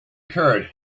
curd